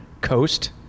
coast